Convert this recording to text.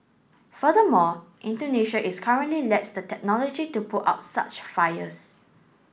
furthermore Indonesia is currently lacks the technology to put out such fires